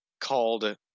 called